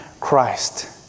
Christ